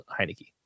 Heineke